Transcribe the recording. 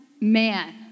man